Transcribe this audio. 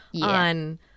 on